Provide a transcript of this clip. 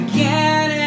Again